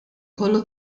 kollu